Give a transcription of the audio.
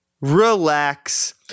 relax